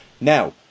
Now